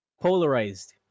polarized